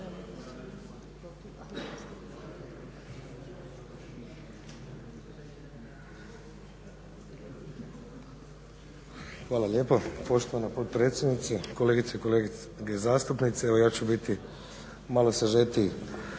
Vedran (SDP)** Poštovana potpredsjednice, kolegice i kolege zastupnici. Evo ja ću biti malo sažetiji